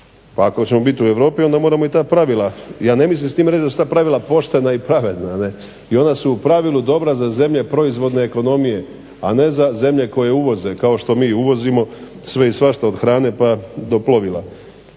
Pa ako ćemo biti u Europi onda moramo i ta pravila. Ja ne mislim s time reći da su ta pravila poštena i pravedna i ona su u pravilu dobra za zemlje proizvodne ekonomije, a ne za zemlje koje uvoze kao što mi uvozimo sve i svašta od hrane pa do plovila.